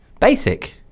basic